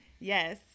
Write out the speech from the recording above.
Yes